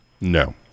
No